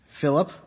Philip